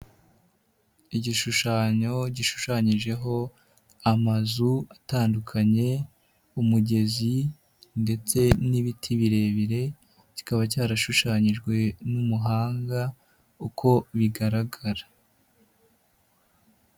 Igishushanyo gishushanyijeho amazu atandukanye, umugezi ndetse n'ibiti birebire, kikaba cyarashushanyijwe n'umuhanga uko bigaragara.